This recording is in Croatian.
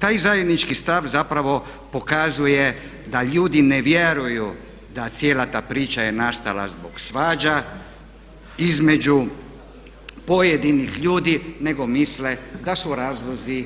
Taj zajednički stav zapravo pokazuje da ljudi ne vjeruju da cijela ta priča je nastala zbog svađa između pojedinih ljudi nego misle da su razlozi